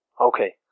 Okay